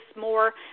more